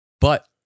But-